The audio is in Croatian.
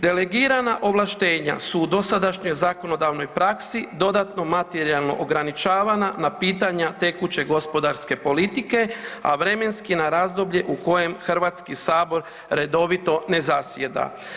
Delegirana ovlaštenja su u dosadašnjoj zakonodavnoj praksi dodatno materijalno ograničavana na pitanja tekuće gospodarske politike, a vremenski na razdoblje u kojem Hrvatski sabor redovito ne zasjeda.